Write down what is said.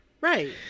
Right